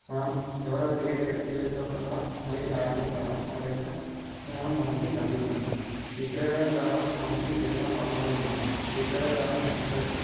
మనం ఎవరో తెలియని వ్యక్తులతో కూడా కలిసి ఆడటం ద్వారా వారి యొక్క స్నేహం మనకి లభిస్తుంది ఈ క్రీడలు ద్వారా మనకి ఎన్నో లాభాలు ఉన్నాయి ఈ క్రీడలు ద్వారా మన స్ట్రెస్స్